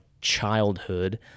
childhood